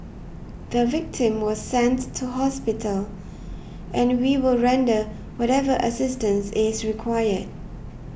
the victim was sent to hospital and we will render whatever assistance is required